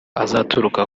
azaturuka